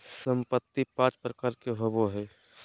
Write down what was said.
संपत्ति पांच प्रकार के होबो हइ